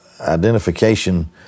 identification